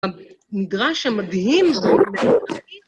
המדרש המדהים זה...